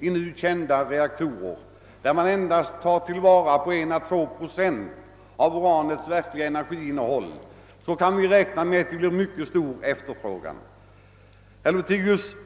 i nu kända reaktorer, där man endast tillvaratar 1 å 2 procent av uranets verkliga energiinnehåll, kan vi räkna med att det blir en mycket stor efterfrågan.